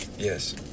Yes